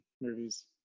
movies